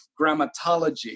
grammatology